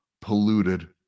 polluted